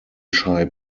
shy